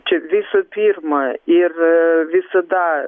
čia visų pirma ir visada